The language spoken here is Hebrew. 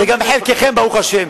וגם חלקכם ברוך השם,